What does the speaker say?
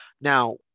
Now